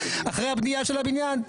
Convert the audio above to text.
אחרי הבנייה של הבניין,